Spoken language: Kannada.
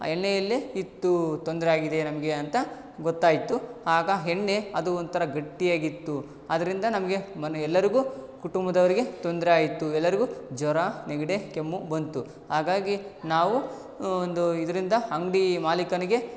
ಆ ಎಣ್ಣೆಯಲ್ಲೇ ಇತ್ತು ತೊಂದರೆಯಾಗಿದೆ ನಮಗೆ ಅಂತ ಗೊತ್ತಾಯಿತು ಆಗ ಎಣ್ಣೆ ಅದು ಒಂಥರ ಗಟ್ಟಿಯಾಗಿತ್ತು ಅದರಿಂದ ನಮಗೆ ಮನೆ ಎಲ್ಲರಿಗೂ ಕುಟುಂಬದವರಿಗೆ ತೊಂದರೆ ಆಯಿತು ಎಲ್ಲರಿಗೂ ಜ್ವರ ನೆಗ್ಡಿ ಕೆಮ್ಮು ಬಂತು ಹಾಗಾಗಿ ನಾವು ಒಂದು ಇದರಿಂದ ಅಂಗಡಿ ಮಾಲಿಕನಿಗೆ